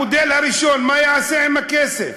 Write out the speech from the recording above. המודל הראשון, מה הוא יעשה עם הכסף?